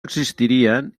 existirien